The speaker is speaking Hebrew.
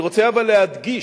אני רוצה אבל להדגיש: